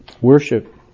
worship